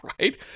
right